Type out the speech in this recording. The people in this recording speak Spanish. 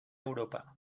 europa